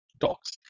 Talks